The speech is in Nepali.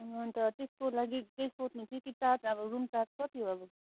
अन्त त्यसको लागि त्यही सोध्नु थियो कि चार्ज अब रुम चार्ज कति हो अब